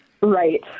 Right